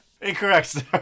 Incorrect